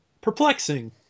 perplexing